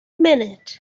minute